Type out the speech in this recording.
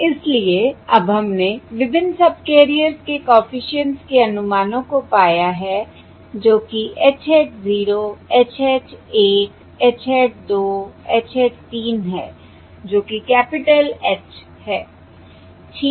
इसलिए अब हमने विभिन्न सबकैरियर्स के कॉफिशिएंट्स के अनुमानों को पाया है जो कि H hat 0 H hat 1 H hat 2 H hat 3 है जो कि कैपिटल H s है ठीक है